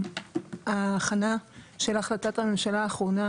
ההכנה של החלטת הממשלה האחרונה,